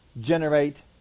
generate